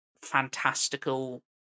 fantastical